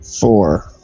four